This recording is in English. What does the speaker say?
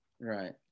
Right